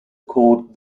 called